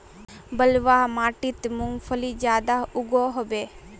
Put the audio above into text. बलवाह माटित मूंगफली ज्यादा उगो होबे?